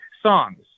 songs